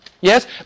Yes